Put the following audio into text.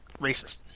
racist